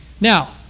Now